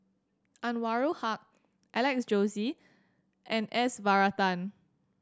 Anwarul Haque Alex Josey and S Varathan